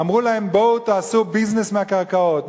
אמרו להם: בואו תעשו ביזנס מהקרקעות.